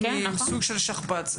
סוג של שכפ"ץ,